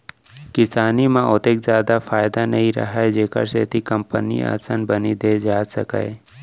किसानी म ओतेक जादा फायदा नइ रहय जेखर सेती कंपनी असन बनी दे जाए सकय